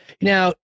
Now